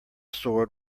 sword